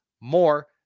more